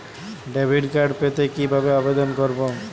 Debit card পেতে কিভাবে আবেদন করব?